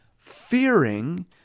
fearing